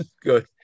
Good